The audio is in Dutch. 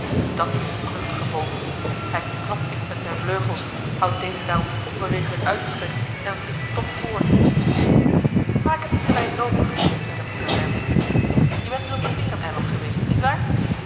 dat is een kluchtige vogel hij klapwiekt met zijn vleugels houdt deze daarop onbeweeglijk uitgestrekt en vliegt toch voort maak het niet te wijdloopig zei de moeder der winden je bent dus op het bereneiland geweest niet waar